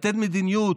לתת מדיניות,